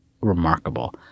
remarkable